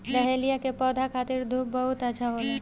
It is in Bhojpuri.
डहेलिया के पौधा खातिर धूप बहुत अच्छा होला